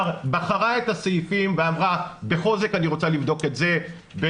בחרה את הסעיפים ואמרה בחוזק אני רוצה לבדוק את זה,